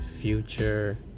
Future